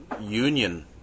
union